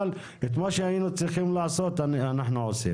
אבל את מה שאנחנו צריכים לעשות אנחנו עושים.